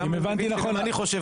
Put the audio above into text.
אם הבנתי נכון גם אני חושב ככה,